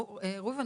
ראובן,